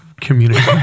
community